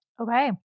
Okay